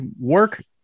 work